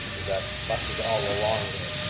you've got buses all along there.